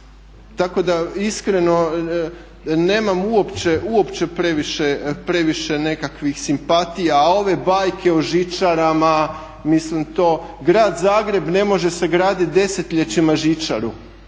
Tako da iskreno nemam uopće previše nekakvih simpatija. A ove bajke o žičarama, mislim to. Grad Zagreb ne može sagraditi desetljećima žičaru,